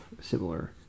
similar